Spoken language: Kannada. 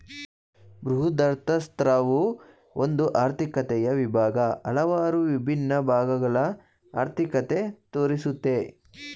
ಬೃಹದರ್ಥಶಾಸ್ತ್ರವು ಒಂದು ಆರ್ಥಿಕತೆಯ ವಿಭಾಗ, ಹಲವಾರು ವಿಭಿನ್ನ ಭಾಗಗಳ ಅರ್ಥಿಕತೆ ತೋರಿಸುತ್ತೆ